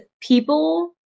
people